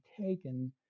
taken